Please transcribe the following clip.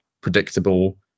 predictable